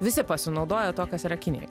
visi pasinaudoja tuo kas yra kinijoj